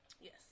Yes